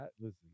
listen